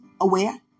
aware